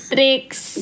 Tricks